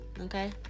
okay